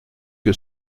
que